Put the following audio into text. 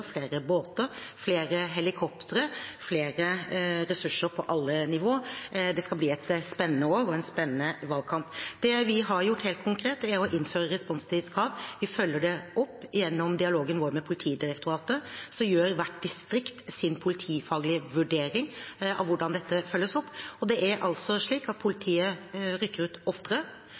flere båter og flere helikoptre – flere ressurser på alle nivå. Det skal bli et spennende år og en spennende valgkamp. Det vi har gjort helt konkret, er å innføre responstidskrav. Vi følger det opp gjennom dialogen vår med politidirektoratet. Så gjør hvert distrikt sin politifaglige vurdering av hvordan dette følges opp. Det er altså slik at politiet rykker ut oftere,